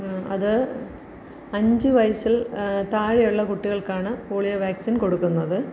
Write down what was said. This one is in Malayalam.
അത് അഞ്ച് വയസ്സിൽ താഴെയുള്ള കുട്ടികൾക്കാണ് പോളിയോ വാക്സിൻ കൊടുക്കുന്നത്